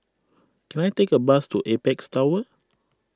can I take a bus to Apex Tower